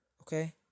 Okay